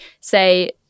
say